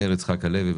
מאיר יצחק הלוי,